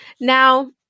now